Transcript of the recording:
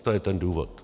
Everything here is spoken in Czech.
To je ten důvod.